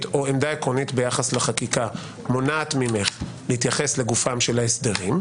או עמדה עקרונית ביחס לחקיקה מונעת ממך להתייחס לגופם של ההסדרים,